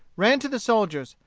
ran to the soldiers,